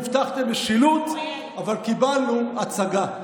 הבטחתם משילות, אבל קיבלנו הצגה.